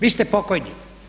Vi ste pokojni.